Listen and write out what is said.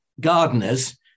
gardeners